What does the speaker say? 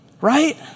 Right